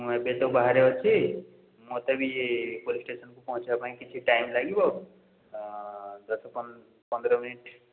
ମୁଁ ଏବେ ତ ବାହାରେ ଅଛି ମୋତେ ବି ପୋଲିସ୍ ଷ୍ଟେସନ୍କୁ ପହଞ୍ଚିବା ପାଇଁ କିଛି ଟାଇମ୍ ଲାଗିବ ତ ଦଶ ପନ୍ଦର ପନ୍ଦର ମିନିଟ୍